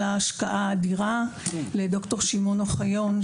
על ההשקעה האדירה; לד"ר שמעון אוחיון,